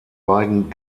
beiden